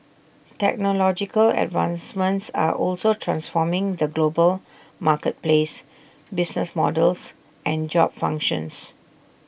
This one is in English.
technological advancements are also transforming the global marketplace business models and job functions